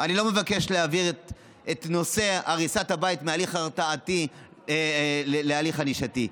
אני לא מבקש להפוך את נושא הריסת הבית מהליך הרתעתי להליך ענישתי.